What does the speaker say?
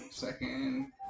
Second